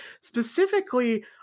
specifically